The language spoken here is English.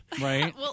Right